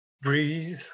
breathe